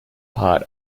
part